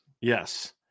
Yes